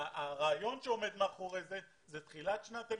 הרעיון שעומד מאחורי זה, זה תחילת שנת הלימודים,